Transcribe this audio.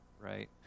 right